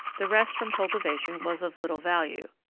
the rest from cultivation was of little value.